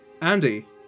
Andy